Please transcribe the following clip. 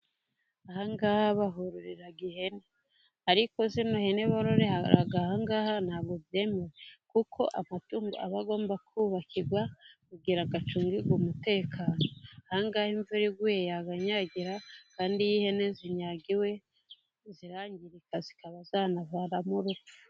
Aha ngaha bahororera ihene, ariko zino hene bororera aha ngaha ntabwo byemewe, kuko amatungo aba agomba kubakirwa kugira ngo acungirwe umutekano, aha ngaha imvura iguye yayanyagira, kandi iyo ihene zinyagiwe zirangirika, zikaba zanavanamo urupfu.